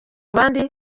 abandi